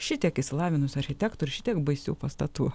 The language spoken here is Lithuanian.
šitiek išsilavinusių architektų ir šitiek baisių pastatų